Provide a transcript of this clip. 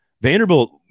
Vanderbilt